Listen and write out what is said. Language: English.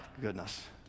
goodness